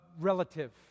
relative